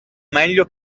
meglio